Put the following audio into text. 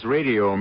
Radio